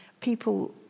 people